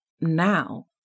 now